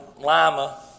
Lima